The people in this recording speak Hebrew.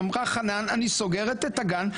אמרה חנן אני סוגרת את הגן,